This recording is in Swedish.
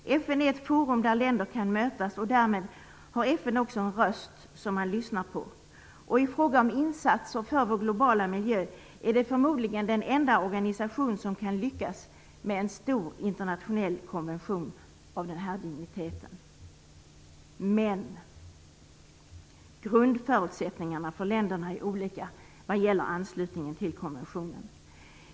FN är ett forum där länder kan mötas, och därmed har FN också en röst som man lyssnar på. Och ifråga om insatser för vår globala miljö är det förmodligen den enda organisation som kan lyckas med en stor internationell konvention av den här digniteten. Men grundförutsättningarna för länderna är olika vad gäller anslutningen till konventionen.